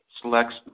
selects